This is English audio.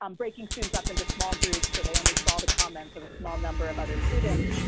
um breaking students up into small groups so they only saw the comments of a small number of other students,